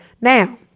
Now